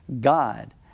God